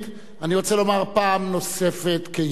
אני רוצה לומר פעם נוספת כיהודי,